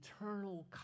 eternal